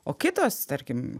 o kitos tarkim